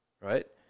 right